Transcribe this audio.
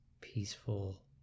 peaceful